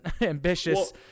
ambitious